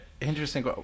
interesting